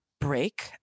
break